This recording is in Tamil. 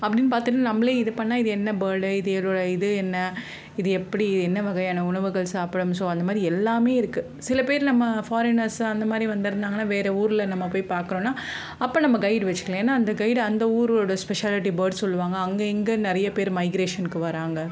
அப்படினு பார்த்துட்டு நம்மளே இது பண்ணால் இது என்ன பேர்டு இதோடய இது என்ன இது எப்படி என்ன வகையான உணவுகள் சாப்பிடும் ஸோ அந்தமாதிரி எல்லாமே இருக்குது சில பேர் நம்ம ஃபாரினர்ஸ்ஸு அந்தமாதிரி வந்திருந்தாங்கன்னால் வேறு ஊரில் நம்ம போய் பார்க்குறோம்னா அப்போ நம்ம கைடு வச்சுக்கலாம் ஏன்னால் அந்த கைடு அந்த ஊரோடய ஸ்பெஷாலிட்டி பேர்ட்ஸ் சொல்லுவாங்க அங்கே எங்கே நிறைய பேர் மைக்கிரேஷனுக்கு வராங்க